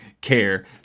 care